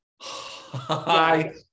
Hi